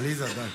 עליזה, די.